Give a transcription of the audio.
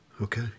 Okay